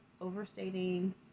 overstating